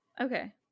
Okay